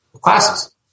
classes